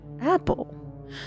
Apple